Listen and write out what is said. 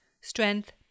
Strength